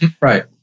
Right